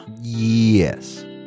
Yes